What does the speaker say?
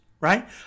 right